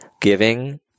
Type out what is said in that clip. giving